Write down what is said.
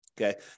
Okay